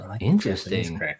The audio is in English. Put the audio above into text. Interesting